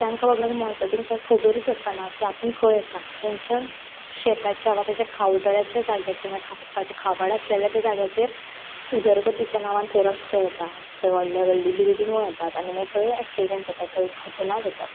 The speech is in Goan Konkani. तेंका बाबड्या मोनजातींक काय खबरच आसना की आपूण खंय आसा तेंच्या शेताच्या वा तेंच्या खावडळ्याच्या जाग्याचें खावप खावड आसलेल्या त्या जाग्याचेर उदरगतीच्या नावांन थंय रस्तें येतात थंय व्हडलें व्हडलें बिल्डींगो येतात आनी मागीर थंय ऍक्सिडंट जाता आनी मागीर थंय घटना जातात